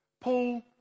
Paul